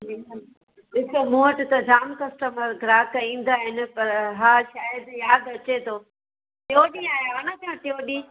ॾिसो मूं वटि त जाम कस्टमर ग्राहक ईंदा आहिनि पर हा शायद यादि अचे तो टियों ॾींहं आया हुया न तव्हां टियों ॾींहं